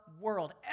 world